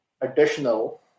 additional